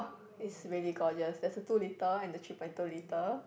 is really gorgeous there is a two litre and three point two litre